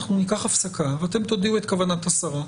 אנחנו ניקח הפסקה ואתם תודיעו את כוונת השרה,